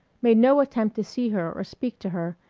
made no attempt to see her or speak to her,